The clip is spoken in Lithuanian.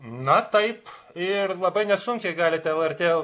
na taip ir labai nesunkiai galite lrt